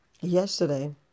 yesterday